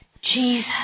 Jesus